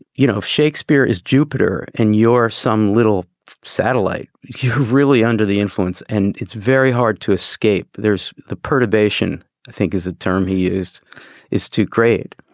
you know, shakespeare is jupiter and you're some little satellite. you really under the influence. and it's very hard to escape. there's the perturbation, i think is a term he used is too great.